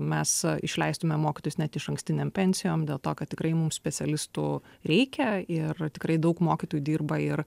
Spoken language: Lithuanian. mes išleistume mokytojus net išankstinėm pensijom dėl to kad tikrai mums specialistų reikia ir tikrai daug mokytojų dirba ir